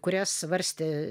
kurias svarstė